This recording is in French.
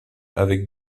avec